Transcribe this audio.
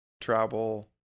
travel